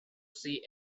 see